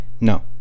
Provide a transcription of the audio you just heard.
No